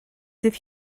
dydd